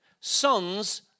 sons